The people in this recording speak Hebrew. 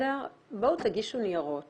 תגישו ניירות